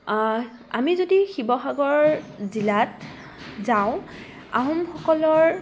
আমি যদি শিৱসাগৰ জিলাত যাওঁ আহোমসকলৰ